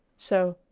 so,